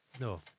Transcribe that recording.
No